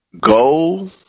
Go